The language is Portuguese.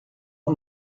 uma